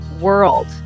world